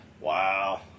Wow